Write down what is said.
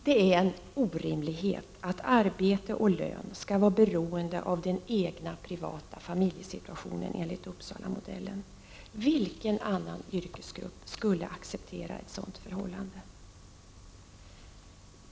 Det är en orimlighet att arbete och lön skall vara beroende av den egna privata familjesituationen, enligt Uppsalamodellen. Vilken annan yrkesgrupp skulle acceptera ett sådant förhållande?